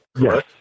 Yes